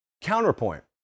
Counterpoint